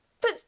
But